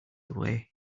away